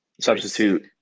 Substitute